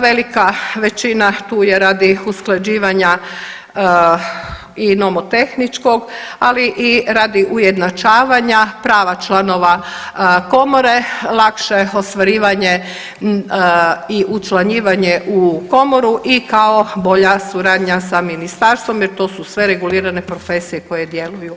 Velika većina tu je radi usklađivanja i nomotehničkog, ali i radi ujednačavanja prava članova komore, lakše ostvarivanje i učlanjivanje u komoru i kao bolja suradnja sa ministarstvom jer to su sve regulirane profesije koje djeluju